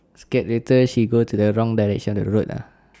scared later she go to the wrong direction of the road ah